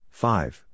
five